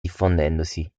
diffondendosi